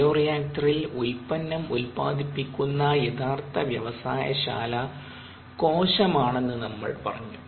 ബയോറിയാക്റ്ററിൽ ഉൽപ്പന്നം ഉൽപ്പാദിപ്പിക്കുന്ന യഥാർത്ഥ വ്യവസായ ശാല കോശമാണെന്ന് നമ്മൾ പറഞ്ഞു